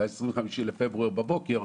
ב-25 בפברואר בבוקר,